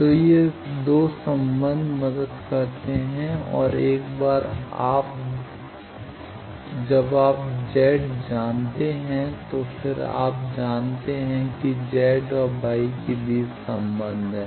तो ये 2 संबंध मदद करते हैं और एक बार जब आप Z जानते हैं फिर आप जानते हैं कि Z और Y के बीच संबंध हैं